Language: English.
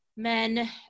men